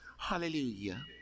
Hallelujah